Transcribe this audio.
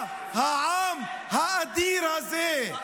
העם האדיר הזה,